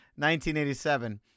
1987